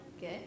Good